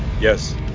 Yes